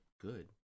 good